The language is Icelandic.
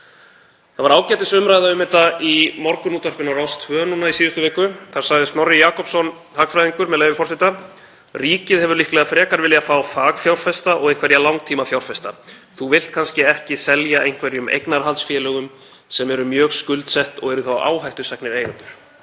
Það var ágætisumræða um þetta í Morgunútvarpinu á Rás 2 í síðustu viku. Þar sagði Snorri Jakobsson hagfræðingur, með leyfi forseta: „Ríkið hefur líklega frekar viljað fá fagfjárfesta og einhverja langtímafjárfesta. Þú vilt kannski ekki selja einhverjum eignarhaldsfélögum sem eru mjög skuldsett og eru þá áhættusæknir eigendur.“